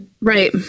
Right